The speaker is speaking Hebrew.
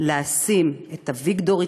לשים את אביגדור יצחקי,